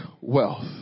wealth